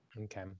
Okay